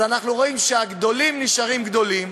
אנחנו רואים שהגדולים נשארים גדולים